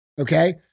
Okay